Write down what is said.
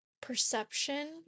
perception